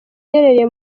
iherereye